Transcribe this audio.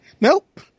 Nope